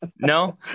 no